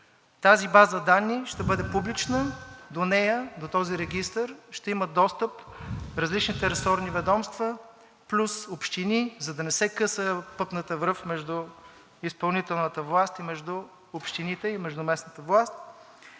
Тази база данни ще бъде публична, до нея, до този регистър, ще имат достъп различните ресорни ведомства плюс общини, за да не се къса пъпната връв между изпълнителната власт, между общините и между местната власт.